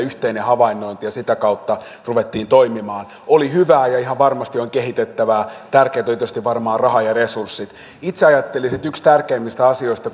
yhteinen havainnointi ja sitä kautta ruvettiin toimimaan siinä oli hyvää ja ihan varmasti on kehitettävää tärkeintä olivat tietysti varmaan raha ja resurssit itse ajattelisin että yksi tärkeimmistä asioista